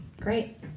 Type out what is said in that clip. Great